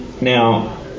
Now